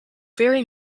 vary